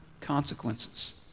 consequences